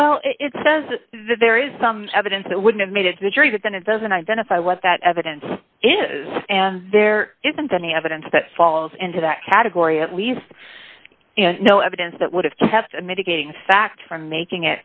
well it says that there is some evidence that would have made it to the jury that then it doesn't identify what that evidence is and there isn't any evidence that falls into that category at least no evidence that would have kept a mitigating factor from making